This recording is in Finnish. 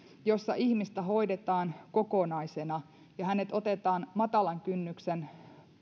jossa ihmistä hoidetaan kokonaisena ja hänet otetaan matalan kynnyksen